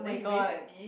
my-god